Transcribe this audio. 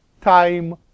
Time